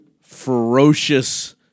ferocious